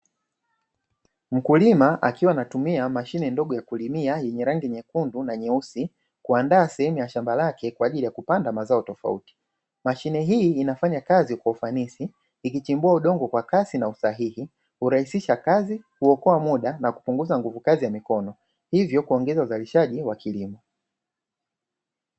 Mkulima akiwa anatumia mashine ndogo ya kulimia yenye rangi nyekundu na nyeusi, kuandaa sehemu ya shamba lake kwa ajili ya kupanda mazao tofauti. Mashine hii inafanya kazi kwa ufanisi ikichimbua udongo kwa kasi na usahihi, uraisisha kazi, kuokoa muda na kupunguza nguvu kazi ya mikono hivyo kuongeza uzalishaji wa kilimo.